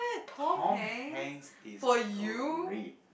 Tom-Hanks is great